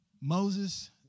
Moses